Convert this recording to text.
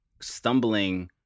stumbling